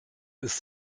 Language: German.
ist